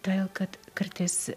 toėl kad kartais